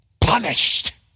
punished